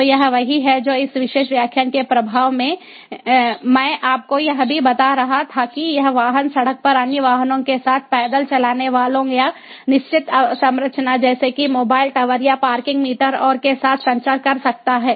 तो यह वही है जो इस विशेष व्याख्यान के प्रारंभ में मैं आपको यह भी बता रहा था कि यह वाहन सड़क पर अन्य वाहनों के साथ पैदल चलने वालों या निश्चित अवसंरचना जैसे कि मोबाइल टॉवर या पार्किंग मीटर और के साथ संचार कर सकता है